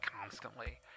constantly